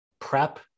prep